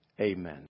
Amen